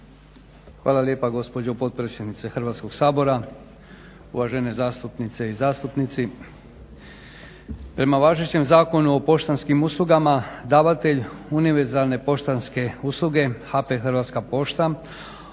Hvala lijepa gospođo potpredsjednice Hrvatskog sabora, uvažene zastupnici i zastupnici. Prema važećem zakonu o poštanskim uslugama davatelj univerzalne poštanske usluge HP- Hrvatska pošta